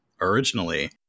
Originally